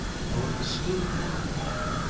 and, though it was still the middle of the night,